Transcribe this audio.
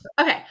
Okay